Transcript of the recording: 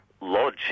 lodge